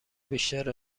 بیشتر